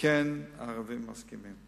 הערבים כן מסכימים.